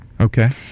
okay